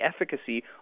efficacy